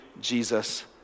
Jesus